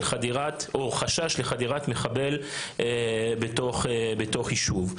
חדירה או חשש לחדירת מחבל בתוך יישוב.